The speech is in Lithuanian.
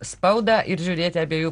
spaudą ir žiūrėti abiejų